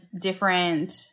different